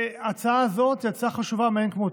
ההצעה הזאת היא הצעה חשובה מאין כמותה,